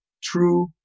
true